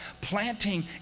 planting